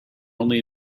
only